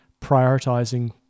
prioritizing